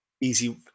easy